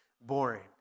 boring